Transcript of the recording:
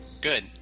Good